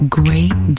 great